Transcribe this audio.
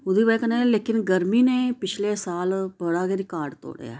ओह्दी वजह कन्नै लेकिन गर्मी ने पिछले साल बड़ा के रिकार्ड तोड़ेआ